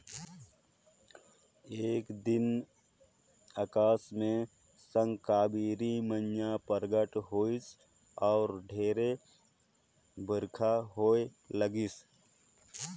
एक दिन अकास मे साकंबरी मईया परगट होईस अउ ढेरे बईरखा होए लगिस